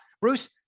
Bruce